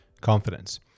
confidence